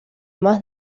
más